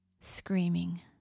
screaming